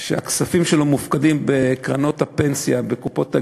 הכספים שלו שמופקדים בקרנות הפנסיה, בקופות הגמל,